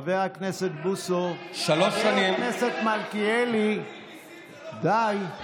חבר הכנסת בוסו, חבר הכנסת מלכיאלי, די.